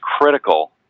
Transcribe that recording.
critical